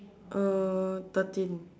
uh thirteen